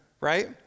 right